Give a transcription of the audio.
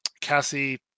Cassie